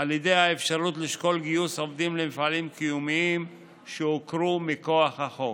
על ידי האפשרות לשקול גיוס עובדים למפעלים קיומיים שהוכרו מכוח החוק.